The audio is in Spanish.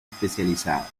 especializada